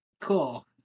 Cool